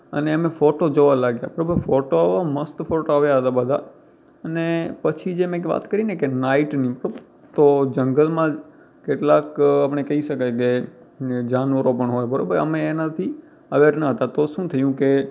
અને એ અમે ફોટો જોવા લાગ્યા બરાબર ફોટો આવો મસ્ત ફોટો આવ્યા હતા બધા અને પછી જે મેં એક વાત કરીને કે નાઇટની તો જંગલમાં કેટલાંક આપણે કહી શકાય કે જાનવરો પણ હોય બરાબર અમે એનાથી અવેર ન હતા તો શું થયું કે